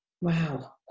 Wow